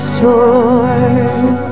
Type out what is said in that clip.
torn